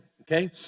okay